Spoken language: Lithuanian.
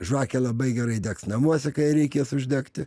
žvakė labai gerai degs namuose kai ją reikės uždegti